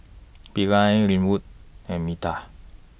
Bilal Linwood and Metta